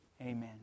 Amen